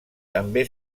també